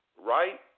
right